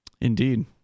Indeed